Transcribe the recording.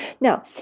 Now